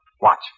Watch